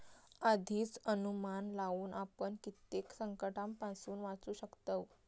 आधीच अनुमान लावुन आपण कित्येक संकंटांपासून वाचू शकतव